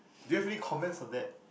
do you have any comments on that